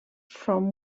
from